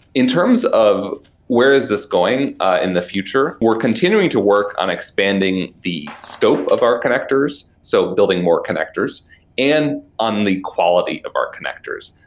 in terms of where is this going in the future, we're continuing to work on expanding the scope of our connectors. so building more connectors and on the quality of our connectors.